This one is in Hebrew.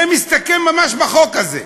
זה מסתכם ממש בחוק הזה.